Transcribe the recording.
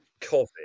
COVID